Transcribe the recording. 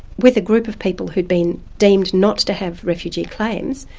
with a group of people who'd been deemed not to have refugee claims,